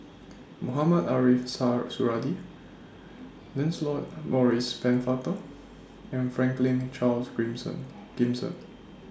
Mohamed Ariff Suradi Lancelot Maurice Pennefather and Franklin Charles Gimson